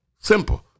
Simple